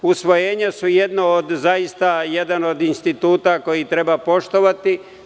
Usvojenja su zaista jedan od instituta koji treba poštovati.